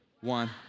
one